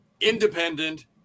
independent